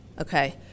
Okay